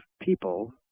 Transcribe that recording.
people